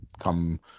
come